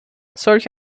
solch